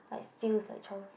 like feels like Charles